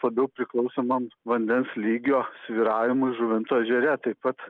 labiau priklausomam vandens lygio svyravimui žuvinto ežere taip pat